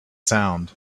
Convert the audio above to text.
sound